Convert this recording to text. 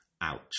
Ouch